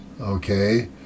okay